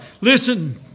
Listen